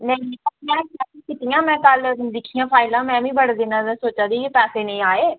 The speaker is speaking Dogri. में चैक्क कीतियां में कल्ल दिक्खियां फाइलां में बी बड़े दिनै दा सोच्चै दी ही जे पैसे निं आए